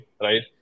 right